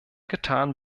getan